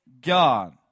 God